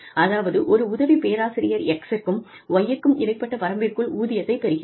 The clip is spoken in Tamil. அதாவது ஒரு உதவி பேராசிரியர் X க்கும் Y -க்கும் இடைப்பட்ட வரம்பிற்குள் ஊதியத்தை பெறுகிறார்